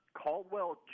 Caldwell